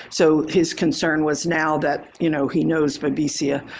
so his concern was now that, you know, he knows babesia.